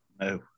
No